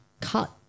cut